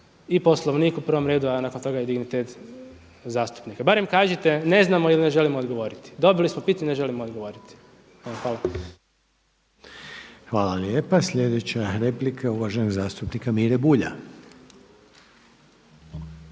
i Poslovnik u prvom redu a nakon toga i dignitet zastupnika. Barem kažite ne znamo ili ne želimo odgovoriti, dobili smo pitanje ne želimo odgovoriti. Hvala. **Reiner, Željko (HDZ)** Hvala lijepa. Sljedeća replika je uvaženog zastupnika Mire Bulja.